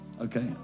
Okay